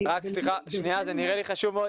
זה נראה לי חשוב מאוד.